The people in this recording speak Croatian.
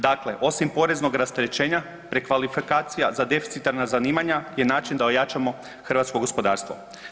Dakle osim poreznog rasterećenja prekvalifikacija za deficitarna zanimanja je način da ojačamo hrvatsko gospodarstvo.